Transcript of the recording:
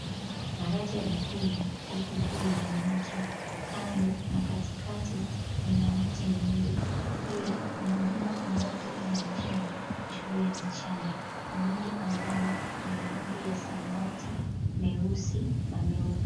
Daraja likubwa liko juu ya maji. Kando na katikati mna miti mingi. Pia kuna nyumba ambazo zimejengwa juu ya mchanga na wingu angani ni ya rangi ya samawati, meusi na meupe.